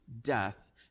death